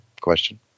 question